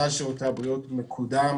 סל שירותי הבריאות מקודם,